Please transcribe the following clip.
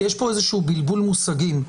כי יש פה איזשהו בלבול מושגים.